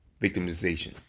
victimization